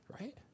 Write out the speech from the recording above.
right